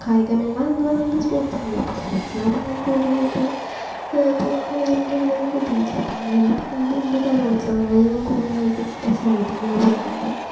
കായികമേള എന്ന് പറയുന്നത് സ്പോട്ട്സ്സാണ് അപ്പോൾ സ്പോട്ട്സ്സിലാവുമ്പോൾ ഞാന് കൂടുതലായിട്ട് പോവാറുണ്ട് എനിക്ക് അതിലൊന്നും കിട്ടിയിട്ടല്ല പിന്നേ എന്ന് പറയുന്നത് എന്റെ കലോത്സവങ്ങളില് ഞാന് കൂടുതലായിട്ടും എസ്സെ റൈറ്റിങ്ങിനാണ് പോവാറുള്ളത്